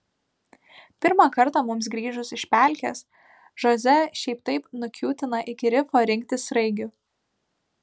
pirmą kartą mums grįžus iš pelkės žoze šiaip taip nukiūtina iki rifo rinkti sraigių